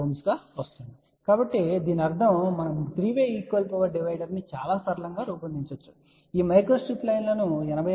6 Ω ఉంటుంది కాబట్టి దీని అర్థం మనము 3 వే ఈక్వల్ పవర్ డివైడర్ను చాలా సరళంగా రూపొందించవచ్చు ఈ మైక్రోస్ట్రిప్ లైన్ లను 86